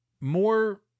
more